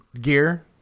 gear